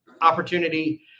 opportunity